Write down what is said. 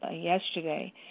yesterday